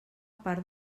part